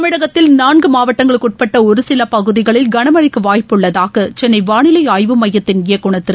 தமிழகத்தில் நான்கு மாவட்டங்களுக்குட்பட்ட ஒருசில பகுதிகளில் களமழைக்கு வாய்ப்புள்ளதாக சென்னை வானிலை ஆய்வுமையத்தின் இயக்குநர்திரு